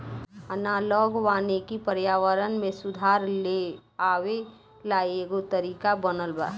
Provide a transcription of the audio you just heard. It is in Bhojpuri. एनालॉग वानिकी पर्यावरण में सुधार लेआवे ला एगो तरीका बनल बा